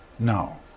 No